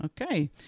okay